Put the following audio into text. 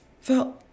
felt